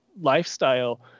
lifestyle